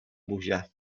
buzia